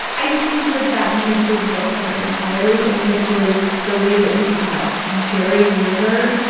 i think that that misses the point entirely. it misses the way that we have gerrymandered,